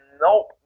Nope